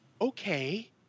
okay